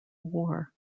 war